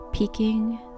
peeking